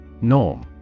Norm